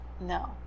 No